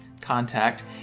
contact